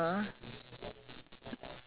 padi emas oh